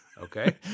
Okay